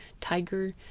tiger